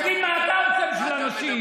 תגיד מה אתה עושה בשביל הנשים.